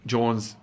Jones